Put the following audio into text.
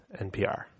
NPR